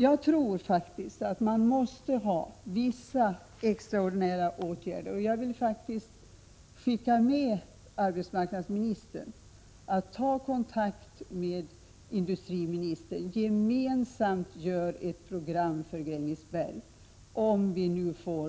Jag tror faktiskt att vissa extraordinära åtgärder måste till, och jag vill skicka med arbetsmarknadsministern uppmaningen att ta kontakt med industriministern och att de gemensamt bör göra upp ett program för Grängesberg. Med en så